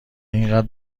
اینقدر